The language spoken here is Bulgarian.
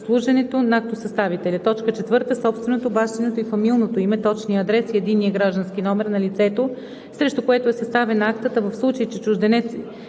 местослуженето на актосъставителя; 4. собственото, бащиното и фамилното име, точния адрес и единен граждански номер на лицето, срещу което е съставен актът, а в случай че е чужденец